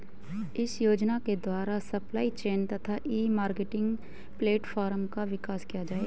इस योजना के द्वारा सप्लाई चेन तथा ई मार्केटिंग प्लेटफार्म का विकास किया जाएगा